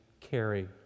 carry